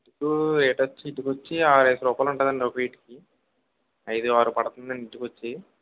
ఇప్పుడూ రేటొచ్చి ఇటుకొచ్చి ఆరేసి రూపాయలు ఉంటాదండి ఒక్కో ఇటికీ ఐదు ఆరు పడుతుందండి ఇటుకొచ్చి